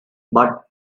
but